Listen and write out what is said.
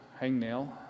hangnail